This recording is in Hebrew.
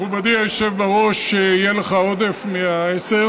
מכובדי היושב בראש, יהיה לך עודף מהעשר.